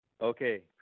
Okay